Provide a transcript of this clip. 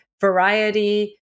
variety